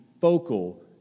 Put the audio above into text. focal